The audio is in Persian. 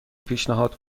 پیشنهاد